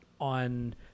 on